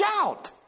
shout